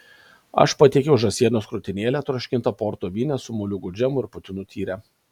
aš patiekiau žąsienos krūtinėlę troškintą porto vyne su moliūgų džemu ir putinų tyre